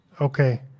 Okay